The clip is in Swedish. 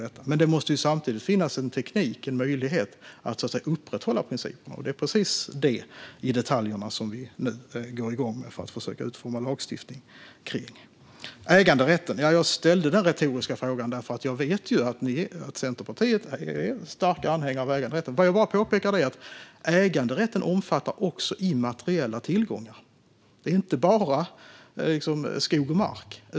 Samtidigt måste det finnas en teknisk möjlighet att upprätthålla denna princip, och det är dessa detaljer som vi nu ska sätta igång och utforma en lagstiftning för. Jag ställde den retoriska frågan om äganderätten eftersom jag vet att Centerpartiet är en stark anhängare av den. Låt mig bara påpeka att äganderätten även omfattar immateriella tillgångar, inte bara skog och mark.